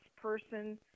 person